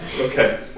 Okay